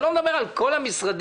אני לא מדבר על כל המשרדים,